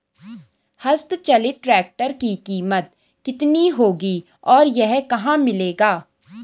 हस्त चलित ट्रैक्टर की कीमत कितनी होगी और यह कहाँ मिलेगा?